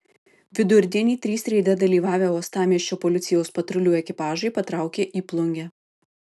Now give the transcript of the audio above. vidurdienį trys reide dalyvavę uostamiesčio policijos patrulių ekipažai patraukė į plungę